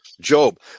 Job